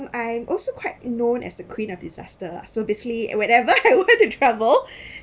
I'm also quite known as the queen of disaster lah so basically wherever I want to travel